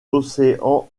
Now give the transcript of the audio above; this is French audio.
l’océan